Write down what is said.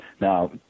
Now